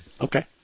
Okay